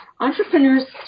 entrepreneurs